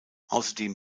außerdem